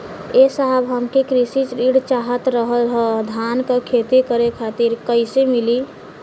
ए साहब हमके कृषि ऋण चाहत रहल ह धान क खेती करे खातिर कईसे मीली?